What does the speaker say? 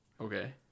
Okay